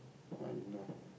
what you know